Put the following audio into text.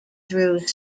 through